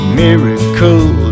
miracle